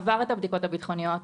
עבר את הבדיקות הביטחוניות,